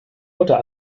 mutter